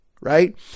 Right